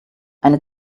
eine